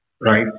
right